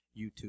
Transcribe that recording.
YouTube